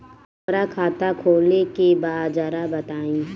हमरा खाता खोले के बा जरा बताई